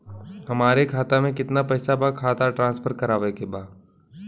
हमारे खाता में कितना पैसा बा खाता ट्रांसफर करावे के बा?